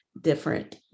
different